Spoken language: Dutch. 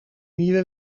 nieuwe